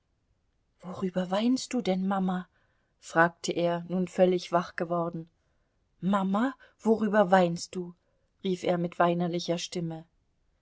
worüber weinst du denn mama fragte er nun völlig wach geworden mama worüber weinst du rief er mit weinerlicher stimme